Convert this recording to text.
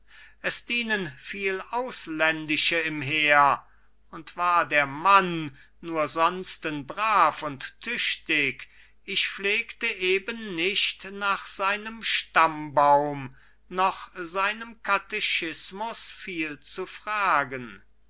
es dienen viel ausländische im heer und war der mann nur sonsten brav und tüchtig ich pflegte eben nicht nach seinem stammbaum noch seinem katechismus viel zu fragen